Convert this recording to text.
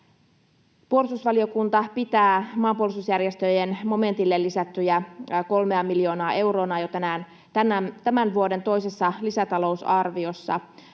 Puolustusvaliokunta pitää maanpuolustusjärjestöjen momentille lisättyä kolmea miljoonaa euroa tämän vuoden toisessa lisätalousarviossa